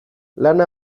lana